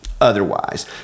otherwise